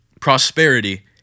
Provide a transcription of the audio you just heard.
prosperity